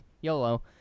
YOLO